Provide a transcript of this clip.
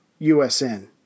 USN